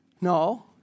No